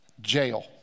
Jail